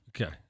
Okay